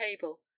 table